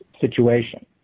situation